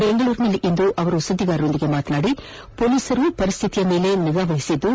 ಬೆಂಗಳೂರಿನಲ್ಲಿಂದು ಸುದ್ದಿಗಾರೊಂದಿಗೆ ಮಾತನಾಡಿದ ಅವರು ಪೊಲೀಸರು ಪರಿಸ್ಥಿತಿಯ ಮೇಲೆ ನಿಗಾ ವಹಿಸಿದ್ದು